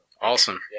Awesome